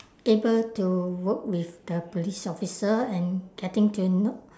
able to work with the police officer and getting to know